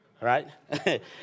right